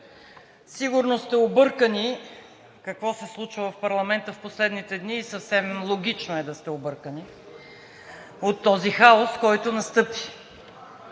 сигурно сте объркани какво се случва в парламента в последните дни, и съвсем логично е да сте объркани от този хаос, който настъпи.